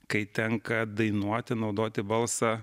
kai tenka dainuoti naudoti balsą